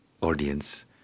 audience